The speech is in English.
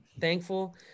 thankful